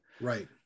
Right